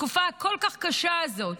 בתקופה הכל-כך הקשה הזו,